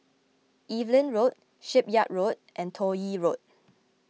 Evelyn Road Shipyard Road and Toh Yi Road